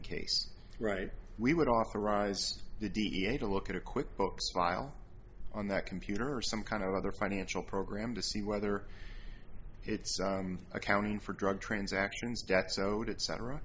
case right we would authorize the d n a to look at a quick books file on that computer or some kind of other financial program to see whether it's accounting for drug transactions debts owed